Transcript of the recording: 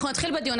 אנחנו נתחיל בדיון,